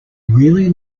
really